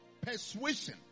persuasion